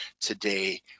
today